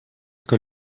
que